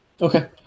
Okay